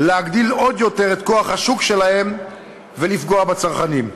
להגדיל עוד יותר את כוח השוק שלהם ולפגוע בצרכנים,